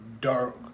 dark